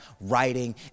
writing